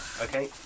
Okay